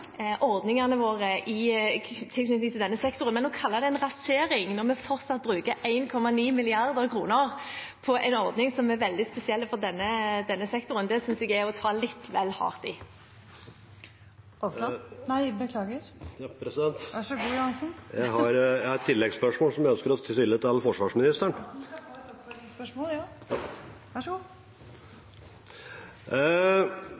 ordningene våre i tilknytning til denne sektoren. Men å kalle det en rasering når vi fortsatt bruker 1,9 mrd. kr på en ordning som er veldig spesiell for denne sektoren, synes jeg er å ta litt vel hardt i. Morten Ørsal Johansen – til oppfølgingsspørsmål. Jeg har et oppfølgingsspørsmål som jeg ønsker å stille til forsvarsministeren.